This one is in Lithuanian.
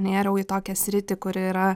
nėriau į tokią sritį kuri yra